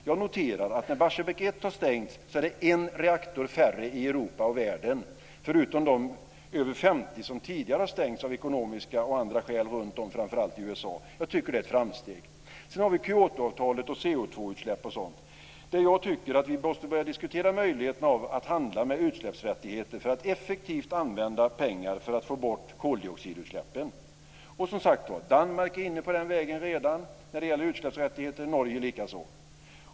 Jag noterar att när Barsebäck 1 har stängts är det en reaktor färre i Europa och världen, förutom de över 50 som tidigare har stängts av ekonomiska eller andra skäl i framför allt USA. Det är ett framsteg. Sedan har vi frågan om Kyotoavtalet, CO2-utsläpp och sådant. Vi måste börja diskutera möjligheterna av att handla med utsläppsrättigheter för att effektivt använda pengar för att få bort koldioxidutsläppen. Danmark är redan inne på den vägen och Norge likaså.